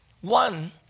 One